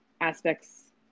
aspects